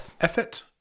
effort